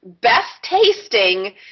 best-tasting